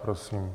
Prosím.